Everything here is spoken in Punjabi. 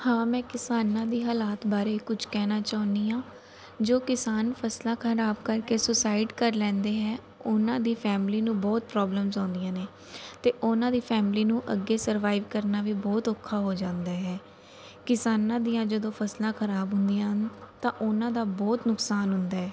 ਹਾਂ ਮੈਂ ਕਿਸਾਨਾਂ ਦੇ ਹਾਲਾਤ ਬਾਰੇ ਕੁਛ ਕਹਿਣਾ ਚਾਹੁੰਦੀ ਹਾਂ ਜੋ ਕਿਸਾਨ ਫਸਲਾਂ ਖਰਾਬ ਕਰਕੇ ਸੁਸਾਈਡ ਕਰ ਲੈਂਦੇ ਹੈ ਉਹਨਾਂ ਦੀ ਫੈਮਲੀ ਨੂੰ ਬਹੁਤ ਪ੍ਰੋਬਲਮਸ ਆਉਂਦੀਆਂ ਨੇ ਅਤੇ ਉਹਨਾਂ ਦੀ ਫੈਮਿਲੀ ਨੂੰ ਅੱਗੇ ਸਰਵਾਈਵ ਕਰਨਾ ਵੀ ਬਹੁਤ ਔਖਾ ਹੋ ਜਾਂਦਾ ਹੈ ਕਿਸਾਨਾਂ ਦੀਆਂ ਜਦੋਂ ਫਸਲਾਂ ਖਰਾਬ ਹੁੰਦੀਆਂ ਹਨ ਤਾਂ ਉਹਨਾਂ ਦਾ ਬਹੁਤ ਨੁਕਸਾਨ ਹੁੰਦਾ ਹੈ